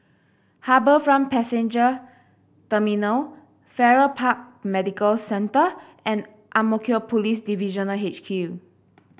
HarbourFront Passenger Terminal Farrer Park Medical Centre and Ang Mo Kio Police Divisional H Q